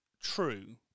true